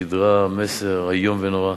שידרה מסר איום ונורא.